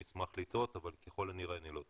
אני אשמח לטעות, אבל ככל הנראה אני לא טועה.